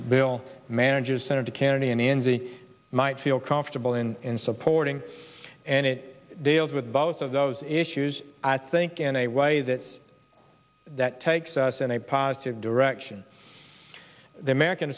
bill managers senator kennedy anansi might feel comfortable in supporting and it deals with both of those issues i think in a way the that takes us in a positive direction the american